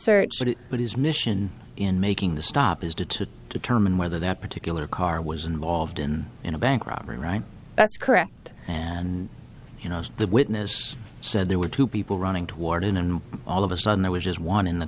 search it with his mission in making the stop is to determine whether that particular car was involved in in a bank robbery right that's correct and you know the witness said there were two people running toward in and all of a sudden there was one in the